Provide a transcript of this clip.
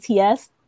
ATS